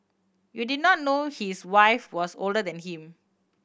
you did not know his wife was older than him